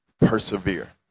persevere